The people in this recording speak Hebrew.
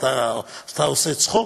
אתה עושה צחוק?